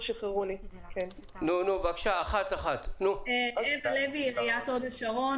אני אוה לוי מעיריית הוד השרון.